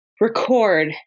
record